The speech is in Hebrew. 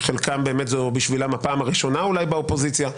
חלקם באמת זו בשבילם הפעם הראשונה אולי באופוזיציה.